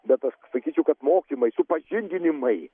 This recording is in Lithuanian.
bet aš sakyčiau kad mokymai supažindinimai